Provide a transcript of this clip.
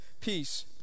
peace